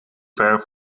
ver